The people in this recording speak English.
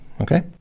Okay